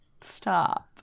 Stop